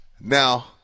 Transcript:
Now